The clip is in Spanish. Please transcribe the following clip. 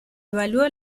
evalúa